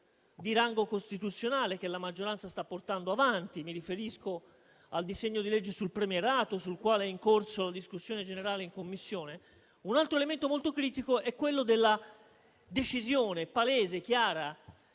di rango costituzionale che la maggioranza sta portando avanti. Mi riferisco al disegno di legge sul premierato, sul quale è in corso la discussione generale in Commissione. Un altro elemento molto critico è quello della decisione palese, chiara,